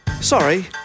Sorry